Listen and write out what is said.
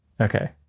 Okay